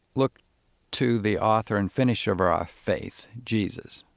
look to the author and finisher of our our faith, jesus.